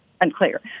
Unclear